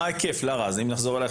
מה היקף, לארה,